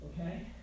okay